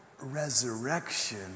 resurrection